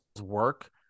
work